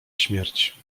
śmierć